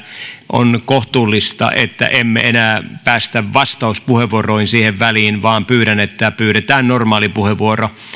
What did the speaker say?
on kohtuullista että emme enää päästä vastauspuheenvuoroin siihen väliin vaan pyydän että pyydetään normaali puheenvuoro